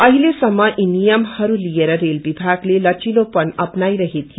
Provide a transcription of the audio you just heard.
अहिलेसम्प यी नियमहरू लिएर रेल विभालगे लचिलो पन अपनाईरहे थियो